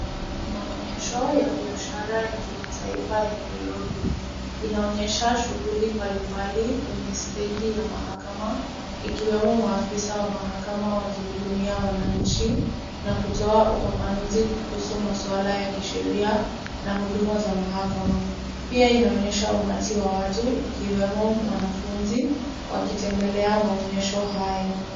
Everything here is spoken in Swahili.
Maonyesho ya biashara ya kimataifa ya Nairobi inaonyesha shughuli mbali mbali kwenye stendi ya mahakama ikiwemo maafiza wa mahakama wakihudumiwa wanainji na kutoa ufafanuzi kuhusu maswala ya kisheria na huduma za mahakama pia inaonyesha umati wa watu ikiwemo wanafunzi wakitembelea maonyesho hayo.